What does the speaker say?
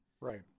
Right